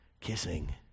kissing